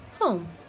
home